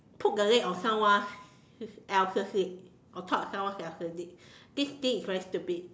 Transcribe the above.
poke the leg of someone else's leg or cut someone else's leg this thing is very stupid